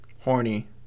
horny